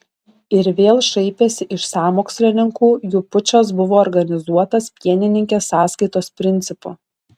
ir vėl šaipėsi iš sąmokslininkų jų pučas buvo organizuotas pienininkės sąskaitos principu